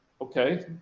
okay